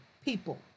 people